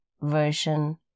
version